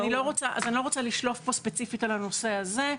אני לא רוצה 'לשלוף' פה ספציפית על הנושא הזה.